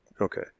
Okay